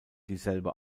dieselbe